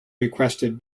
requested